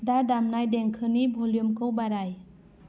दा दामनाय देंखोनि भलिउमखौ बाराय